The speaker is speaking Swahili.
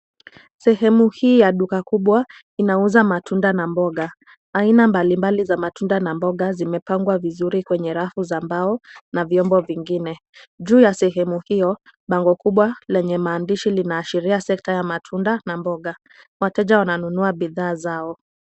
Sehemu hii ya duka kubwa, inauza matunda na mboga. Aina mbalimbali za matunda na mboga zimepangwa vizuri kwenye rafu za mbao, na vyombo vingine. Juu ya sehemu hiyo, bango kubwa lenye maandishi linaashiria sekta ya matunda na mboga. Wateja wananunua bidhaa zao.